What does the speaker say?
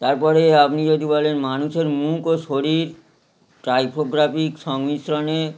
তারপরে আপনি যদি বলেন মানুষের মুখ ও শরীর টাইপোগ্রাফিক সংমিশ্রণে